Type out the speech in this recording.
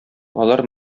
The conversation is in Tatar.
алар